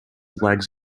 legs